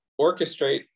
orchestrate